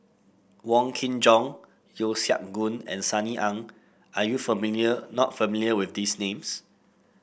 Wong Kin Jong Yeo Siak Goon and Sunny Ang are you familiar not familiar with these names